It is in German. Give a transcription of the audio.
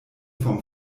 vom